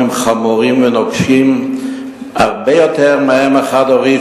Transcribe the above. חמורים ונוקשים הרבה יותר מלאם חד-הורית,